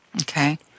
Okay